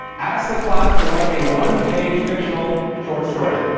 asked the class to write a one page fictional short story.